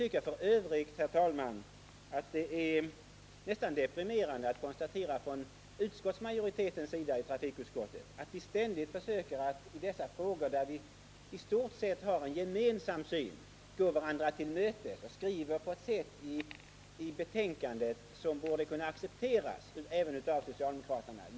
I finansutskottet försöker vi från utskottsmajoritetens sida ständigt att i dessa frågor, där vi i stort sett har en gemensam syn, gå minoriteten till mötes och i betänkandet skriva på ett sätt som borde kunna accepteras även av socialdemokraterna.